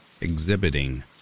exhibiting